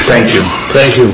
thank you thank you